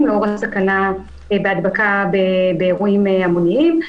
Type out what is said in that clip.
לאור הסכנה בהדבקה באירועים המוניים.